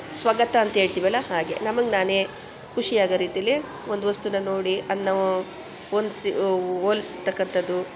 ಸ್ವಗತ ಅಂತ ಹೇಳ್ತೀವಲ್ಲ ಹಾಗೆ ನಮಗೆ ನಾವೇ ಖುಷಿಯಾಗೋ ರೀತಿಲಿ ಒಂದು ವಸ್ತುನ ನೋಡಿ ಅದನ್ನ ಹೊಂದ್ಸಿ ಹೋಲಿಸ್ತಕ್ಕಂಥದ್ದು